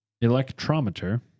electrometer